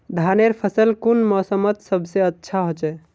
धानेर फसल कुन मोसमोत सबसे अच्छा होचे?